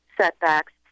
setbacks